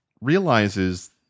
realizes